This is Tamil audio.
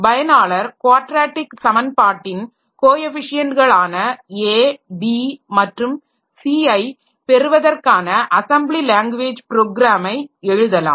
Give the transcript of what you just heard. பயனாளர் க்வாட்ரேட்டிக் சமன்பாட்டின் கோஎஃபிஷியன்ட்களான a b மற்றும் c ஐ பெறுவதற்கான அஸெம்ப்ளி லேங்குவேஜ் ப்ரோக்ராமை எழுதலாம்